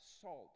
salt